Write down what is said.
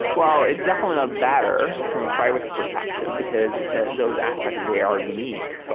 well, it's definitely not better from a privacy perspective, because those aspects, they are unique.